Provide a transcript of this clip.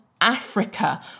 Africa